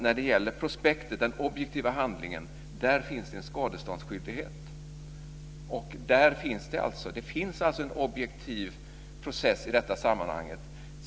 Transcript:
När det gäller prospektet - den objektiva handlingen - finns det en skadeståndsskyldighet. Det finns alltså en objektiv process i detta sammanhang.